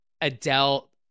Adele